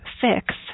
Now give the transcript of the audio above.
fix